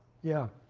yeah.